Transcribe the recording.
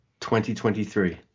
2023